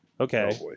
Okay